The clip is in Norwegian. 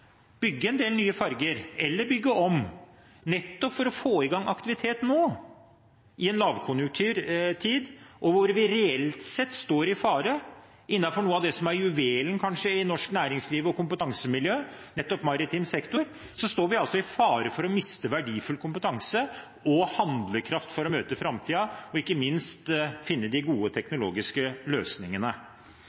bygge en del nye ferger eller bygge om, nettopp for å få i gang aktivitet nå i en lavkonjunkturtid. Innenfor noe av det som er juvelen, kanskje, i norsk næringsliv og kompetansemiljø, nettopp maritim sektor, står vi reelt sett i fare for å miste verdifull kompetanse og handlekraft for å møte framtiden og ikke minst finne de gode teknologiske løsningene.